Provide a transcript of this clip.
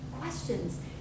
questions